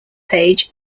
page